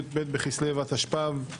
י"ב בכסלו התשפ"ב,